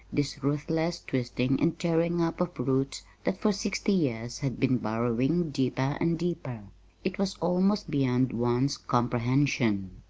this ruthless twisting and tearing up of roots that for sixty years had been burrowing deeper and deeper it was almost beyond one's comprehension.